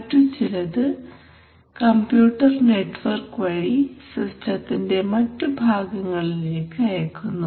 മറ്റുചിലത് computer network വഴി സിസ്റ്റത്തിന്റെ മറ്റു ഭാഗങ്ങളിലേക്ക് അയക്കുന്നു